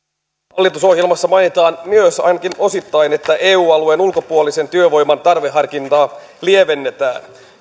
hallitusohjelmassa mainitaan myös ainakin osittain että eu alueen ulkopuolisen työvoiman tarveharkintaa lievennetään